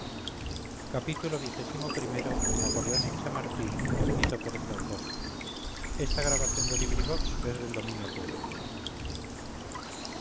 xxvii xxviii xxix napoleón en chamartín de benito pérez